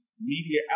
media